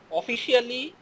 officially